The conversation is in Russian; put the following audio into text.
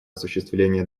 осуществление